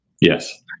Yes